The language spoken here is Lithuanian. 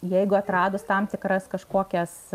jeigu atradus tam tikras kažkokias